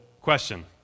question